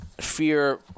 fear